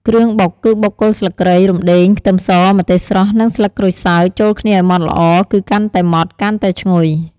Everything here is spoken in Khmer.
គ្រឿងបុក គឺបុកគល់ស្លឹកគ្រៃ រំដេង ខ្ទឹមស ម្ទេសស្រស់ និងស្លឹកក្រូចសើច ចូលគ្នាឱ្យម៉ដ្ឋល្អ គឺកាន់តែម៉ដ្ឋ កាន់តែឈ្ងុយ។